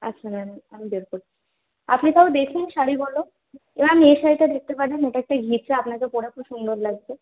আচ্ছা ম্যাম আ আমি বের করছি আপনি তাও দেখুন শাড়িগুলো ম্যাম এ শাড়িটা দেখতে পারেন এটা একটা ঘিচা আপনাকে পরে খুব সুন্দর লাগবে